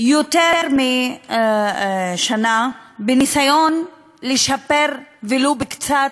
כבר יותר משנה, בניסיון לשפר, ולו במקצת,